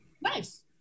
Nice